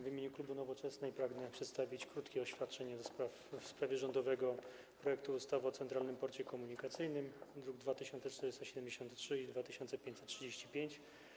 W imieniu klubu Nowoczesnej pragnę przedstawić krótkie oświadczenie w sprawie rządowego projektu ustawy o Centralnym Porcie Komunikacyjnym, druki nr 2473 i 2535.